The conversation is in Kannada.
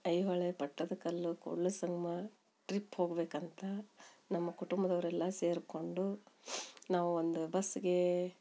ಐಹೊಳೆ ಪಟ್ಟದ್ಕಲ್ಲು ಕೂಡಲ ಸಂಗಮ ಟ್ರಿಪ್ ಹೋಗಬೇಕಂತ ನಮ್ಮ ಕುಟುಂಬ್ದವರೆಲ್ಲ ಸೇರ್ಕೊಂಡು ನಾವು ಒಂದು ಬಸ್ಗೇ